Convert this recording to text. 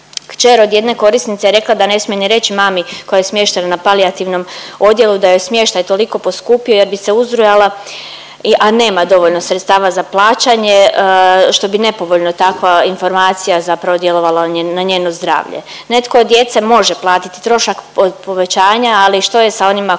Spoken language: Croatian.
Kćer od jedne korisnice je rekla da ne smije ni reći mami koja je smještena na palijativnom odjelu da je smještaj toliko poskupio jer bi se uzrujala, a nema dovoljno sredstava za plaćanje, što bi nepovoljno takva informacija zapravo djelovala na njeno zdravlje. Netko od djece može platit trošak povećanja, ali što je sa onima koji